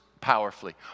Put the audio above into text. powerfully